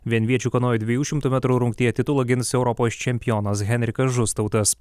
vienviečių kanojų dviejų šimtų metrų rungtyje titulą gins europos čempionas henrikas žustautas